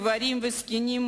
גברים וזקנים,